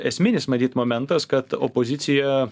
esminis matyt momentas kad opoziciją